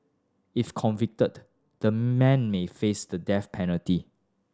if convicted the men may face the death penalty